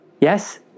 Yes